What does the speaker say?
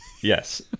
Yes